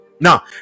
now